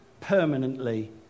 permanently